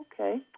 Okay